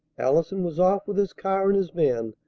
allison was off with his car and his man,